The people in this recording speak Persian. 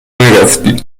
میرفتی